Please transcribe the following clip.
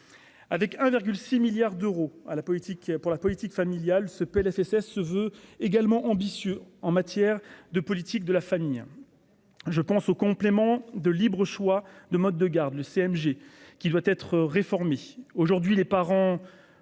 à la politique pour la politique familiale ce PLFSS se veut également ambitieux en matière de politique de la famille, je pense au complément de libre choix, de mode de garde le CMG qui doit être réformé, aujourd'hui les parents